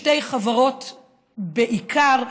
בשתי חברות בעיקר.